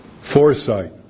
foresight